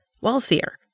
wealthier